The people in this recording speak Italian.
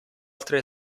altre